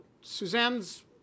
Suzanne's